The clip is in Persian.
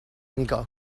نیگا